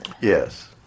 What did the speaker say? Yes